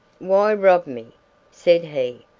why rob me said he.